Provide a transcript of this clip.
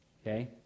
Okay